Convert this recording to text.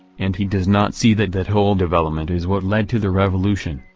and he does not see that that whole development is what led to the revolution,